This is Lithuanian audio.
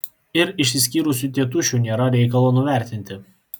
ir išsiskyrusių tėtušių nėra reikalo nuvertinti